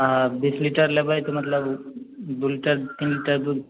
आ बीस लीटर लेबै तऽ मतलब दू लीटर तीन लीटर दूध